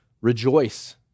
rejoice